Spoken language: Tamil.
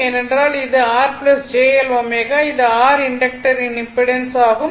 ஏனென்றால் இது r j L ω இது r இண்டக்டரின் இம்பிடன்ஸ் ஆகும்